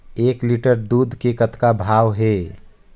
एक लिटर दूध के कतका भाव हे?